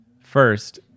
First